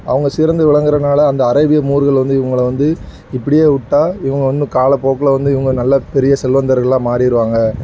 அவங்க சிறந்து விளங்கிறனால அந்த அரேபிய மூருகள் வந்து இவங்களை வந்து இப்படியே விட்டால் இவங்க வந்து காலப்போக்கில் வந்து இவங்க நல்லா பெரிய செல்வந்தர்களாக மாறிடுவாங்க